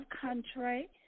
country